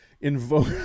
invoke